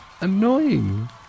annoying